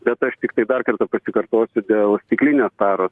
bet aš tiktai dar kartą pasikartosiu dėl stiklinės taros